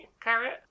Carrot